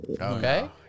Okay